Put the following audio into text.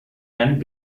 and